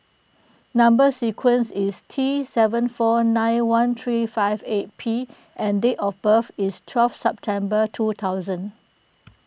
Number Sequence is T seven four nine one three five eight P and date of birth is twelfth September two thousand